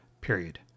Period